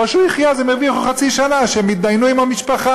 או שהוא יחיה ואז הם הרוויחו חצי שנה שהם התדיינו עם המשפחה.